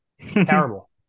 Terrible